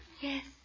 Yes